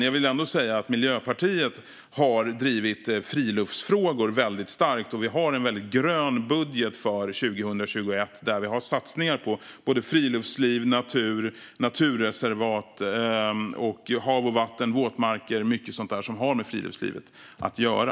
Jag vill ändå säga att Miljöpartiet har drivit friluftsfrågor väldigt starkt, och vi har en väldigt grön budget för 2021 där vi har satsningar på friluftsliv, natur, naturreservat, hav och vatten, våtmarker och mycket annat som har med friluftslivet att göra.